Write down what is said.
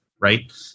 right